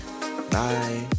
Bye